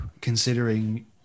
considering